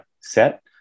set